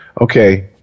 okay